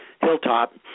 hilltop